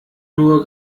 nur